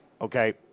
Okay